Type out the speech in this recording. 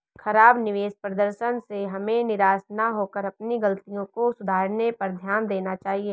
खराब निवेश प्रदर्शन से हमें निराश न होकर अपनी गलतियों को सुधारने पर ध्यान देना चाहिए